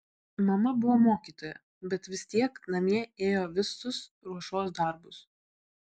mama buvo mokytoja bet vis tiek namie ėjo visus ruošos darbus